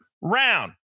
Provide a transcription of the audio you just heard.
round